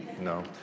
No